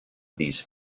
these